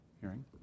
hearing